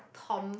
Tom